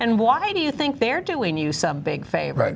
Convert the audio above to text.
and why do you think they're doing you some big favor